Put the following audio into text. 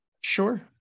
sure